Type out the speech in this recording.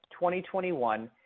2021